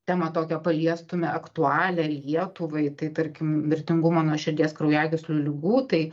temą tokią paliestume aktualią lietuvai tai tarkim mirtingumo nuo širdies kraujagyslių ligų tai